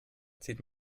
zieht